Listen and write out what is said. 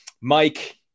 Mike